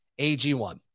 AG1